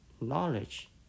knowledge